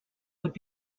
would